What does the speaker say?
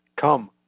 Come